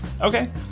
Okay